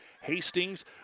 Hastings